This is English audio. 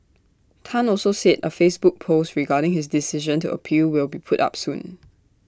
Tan also said A Facebook post regarding his decision to appeal will be put up soon